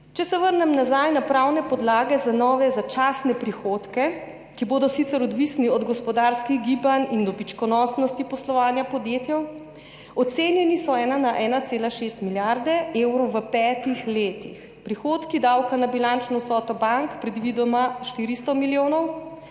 Če se vrnem nazaj na pravne podlage za nove začasne prihodke, ki bodo sicer odvisni od gospodarskih gibanj in dobičkonosnosti poslovanja podjetij, ocenjeni so na 1,6 milijarde evrov v petih letih, prihodki davka na bilančno vsoto bank predvidoma 400 milijonov,